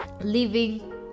living